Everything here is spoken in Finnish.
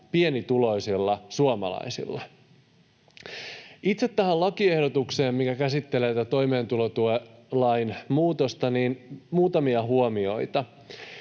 pienituloisilla suomalaisilla. Itse tähän lakiehdotukseen, mikä käsittelee tätä toimeentulotukilain muutosta, muutamia huomioita: